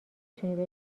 تونی